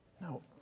No